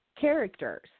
characters